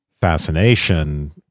fascination